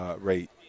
rate